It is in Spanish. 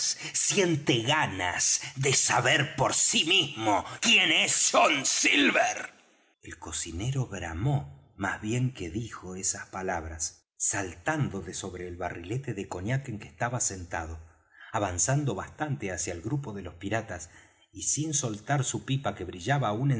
siente ganas de saber por sí mismo quién es john silver el cocinero bramó más bien que dijo esas palabras saltando de sobre el barrilete de cognac en que estaba sentado avanzando bastante hacia el grupo de los piratas y sin soltar su pipa que brillaba aún